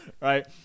right